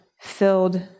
filled